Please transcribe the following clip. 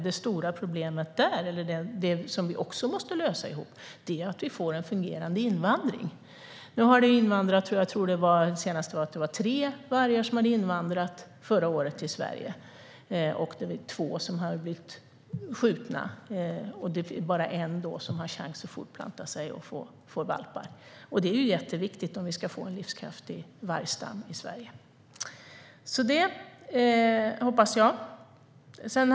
Det stora problemet som vi måste lösa är hur vi får en fungerande invandring. Förra året tror jag att det var tre vargar som hade invandrat till Sverige, och två har blivit skjutna. Det finns alltså bara en kvar som har chans att fortplanta sig och få valpar, vilket är jätteviktigt om vi ska få en livskraftig vargstam i Sverige. Det hoppas jag alltså på.